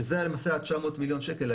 שזה למעשה ה-900 מיליון שקל.